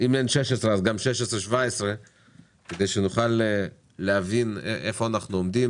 2017 כדי שנוכל להבין איפה אנחנו עומדים.